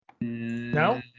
No